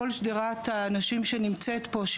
כל שדרת האנשים שנמצאת פה,